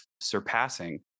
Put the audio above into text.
surpassing